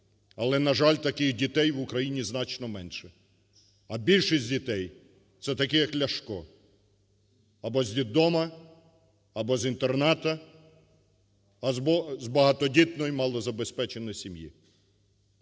Але, на жаль, таких дітей в Україні значно менше. А більшість дітей – це такі, як Ляшко: або з дитдому, або з інтернату, або з багатодітної малозабезпеченої сім'ї,